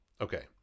Okay